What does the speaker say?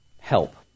help